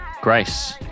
Grace